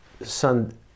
Son